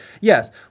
yes